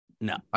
No